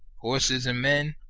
horses and men,